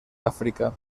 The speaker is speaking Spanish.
áfrica